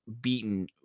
beaten